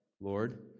Lord